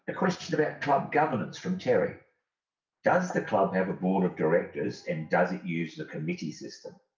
ah question about club governance from terry does the club have a board of directors and does it uses a committee system